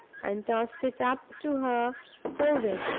and tossed it up to her forthwith,